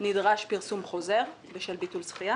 נדרש פרסום חוזר בשל ביטול זכייה